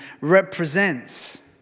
represents